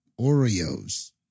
Oreos